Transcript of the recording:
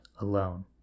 alone